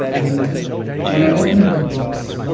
and when i opened the box,